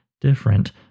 different